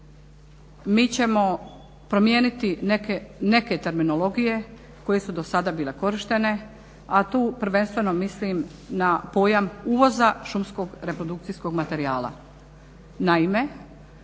mi ćemo promijeniti neke terminologije koje su do sada bile korištene a tu prvenstvo mislim na pojam uvoza šumskog reprodukcijskom materijala.